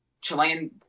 Chilean